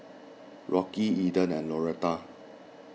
Rocky Eden and Lauretta